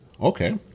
Okay